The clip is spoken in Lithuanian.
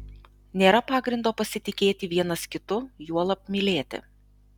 nėra pagrindo pasitikėti vienas kitu juolab mylėti